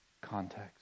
context